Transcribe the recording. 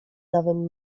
nowym